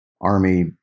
army